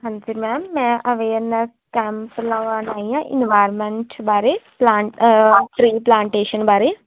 ਹਾਂਜੀ ਮੈਮ ਮੈਂ awareness camp ਲਵਾਉਣ ਆਈ ਹਾਂ ਇਨਵਾਰਮੈਂਟ ਬਾਰੇ ਪਲਾਂਟ ਟਰੀ ਪਲਾਂਟੇਸ਼ਨ ਬਾਰੇ